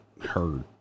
heard